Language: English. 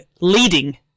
leading